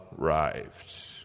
arrived